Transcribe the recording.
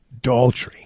Daltrey